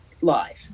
live